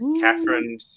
Catherine